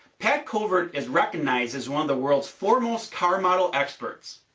pat covert is recognized as one of the world's foremost car model experts.